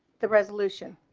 the resolution